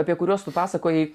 apie kuriuos tu pasakojai